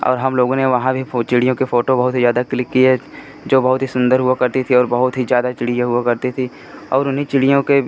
और हम लोगों ने वहाँ भी चिड़ियों की फोटो बहुत ही ज़्यादा क्लिक की है जो बहुत ही सुन्दर हुआ करती थी और बहुत ही ज़्यादा चिड़ियाँ हुआ करती थी और उन्हीं चिड़ियों के